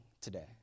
today